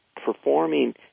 performing